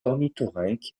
ornithorynques